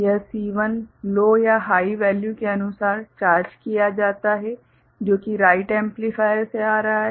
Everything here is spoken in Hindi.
यह C1 लो या हाइ वैल्यू के अनुसार चार्ज किया जाता है जो कि राइट एम्पलीफायर से आ रहा है